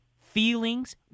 feelings